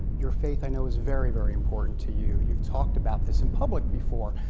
your faith and is very, very important to you. you have talked about this in public before.